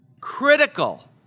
Critical